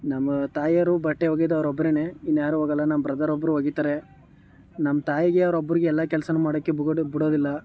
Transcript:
ನಮ್ಮ ತಾಯಿಯವ್ರು ಬಟ್ಟೆ ಒಗೆಯೋದು ಅವ್ರು ಒಬ್ಬರೇನೆ ಇನ್ನು ಯಾರು ಹೋಗಲ್ಲ ನಮ್ಮ ಬ್ರದರ್ ಒಬ್ರು ಒಗೀತಾರೆ ನಮ್ಮ ತಾಯಿಗೆ ಅವ್ರು ಒಬ್ಬರಿಗೆ ಎಲ್ಲ ಕೆಲ್ಸಾ ಮಾಡೋಕ್ಕೆ ಬಗುಡು ಬಿಡೋದಿಲ್ಲ